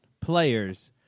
players